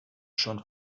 schon